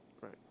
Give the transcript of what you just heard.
Right